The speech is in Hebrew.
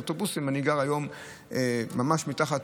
אני גר היום ממש מתחת